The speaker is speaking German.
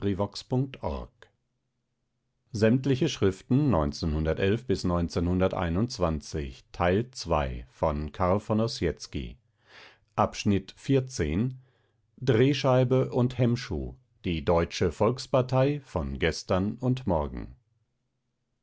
drehscheibe und hemmschuh die deutsche volkspartei von gestern und morgen